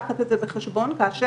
עולה מאוד הסיכון,